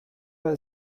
weil